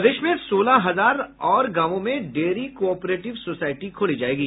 प्रदेश में सोलह हजार और गांवों में डेयरी कॉपरेटिव सोसायटी खोली जायेगी